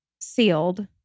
sealed